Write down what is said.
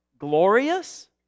glorious